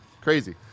Crazy